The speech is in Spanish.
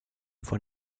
fue